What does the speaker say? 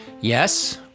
Yes